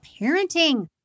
parenting